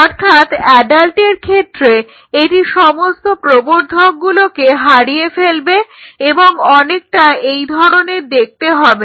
অর্থাৎ অ্যাডাল্টের ক্ষেত্রে এটি সমস্ত প্রবর্ধকগুলোকে হারিয়ে ফেলবে এবং অনেকটা এই ধরনের দেখতে হবে